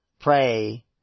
pray